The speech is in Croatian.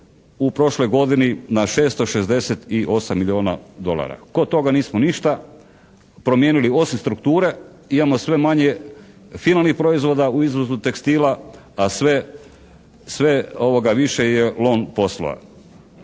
u prošloj godini na 668 milijuna dolara. Kod toga nismo ništa promijenili osim strukture, imamo sve manje finalnih proizvoda u izvozu tekstila, a sve više je lom poslova.